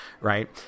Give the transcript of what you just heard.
right